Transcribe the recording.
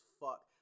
fuck